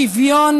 בשוויון,